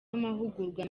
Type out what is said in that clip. amahugurwa